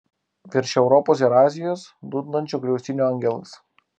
virš europos ir azijos dundančio griaustinio angelas